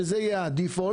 שזה יהיה ה-Default,